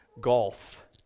golf